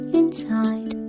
inside